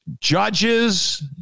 judges